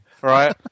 Right